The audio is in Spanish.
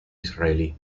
israelí